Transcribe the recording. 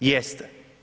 Jeste.